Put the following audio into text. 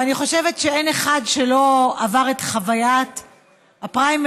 ואני חושבת שאין אחד שלא עבר את חוויית הפריימריז,